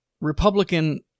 Republican